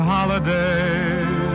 Holidays